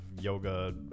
yoga